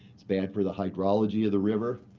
it's bad for the hydrology of the river,